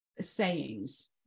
sayings